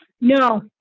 No